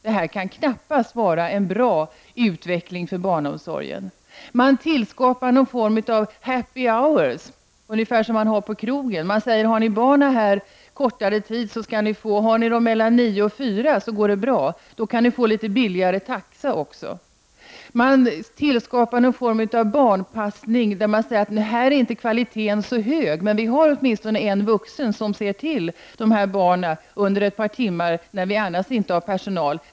Detta kan knappast vara en bra utveckling för barnomsorgen. Man tillskapar någon form av happy hours, ungefär som på krogen. Man säger: Har ni barnen här kortare tid, mellan klockan nio och fyra, går det bra. Då kan ni få litet lägre taxa också. Man tillskapar någon form av barnpassning och säger att kvaliteten inte är så hög, men man har åtminstone en vuxen som ser till dessa barn under ett par timmar när man annars inte har personal.